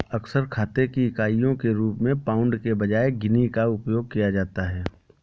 अक्सर खाते की इकाइयों के रूप में पाउंड के बजाय गिनी का उपयोग किया जाता है